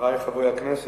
חברי חברי הכנסת,